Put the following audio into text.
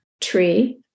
tree